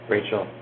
Rachel